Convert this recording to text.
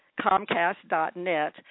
comcast.net